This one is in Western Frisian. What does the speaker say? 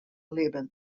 libben